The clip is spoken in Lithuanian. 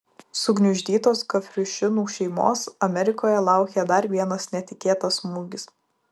sugniuždytos gavriušinų šeimos amerikoje laukė dar vienas netikėtas smūgis